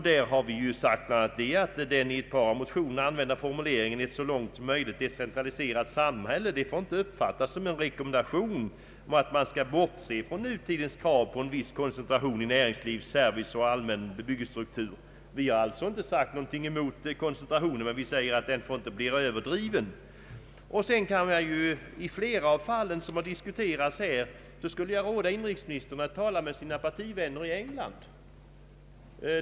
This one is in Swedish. Där har vi bl.a. sagt att den i ett par motioner använda formuleringen ”ett så långt möjligt decentraliserat samhälle” inte får uppfattas som en rekommendation att man skall bortse från nutidens krav på koncentration i näringsliv, service och allmän bebyggelsestruktur. Vi har alltså inte sagt någonting emot koncentrationen, men vi säger att den inte får bli överdriven. I flera av de fall som diskuterats här skulle jag vilja råda inrikesministern att tala med sina partivänner i England.